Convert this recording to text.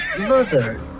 mother